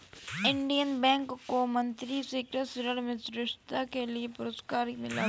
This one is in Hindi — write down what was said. इंडियन बैंक को मंत्री से कृषि ऋण में श्रेष्ठता के लिए पुरस्कार मिला हुआ हैं